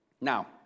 Now